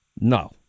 no